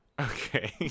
Okay